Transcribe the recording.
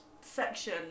section